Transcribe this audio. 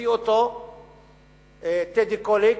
שהמציא אותו טדי קולק,